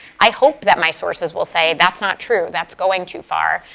i hope that my sources will say that's not true, that's going too far.